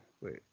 Wait